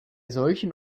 solchen